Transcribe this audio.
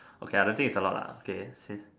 okay I don't think is a lot lah okay since